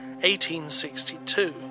1862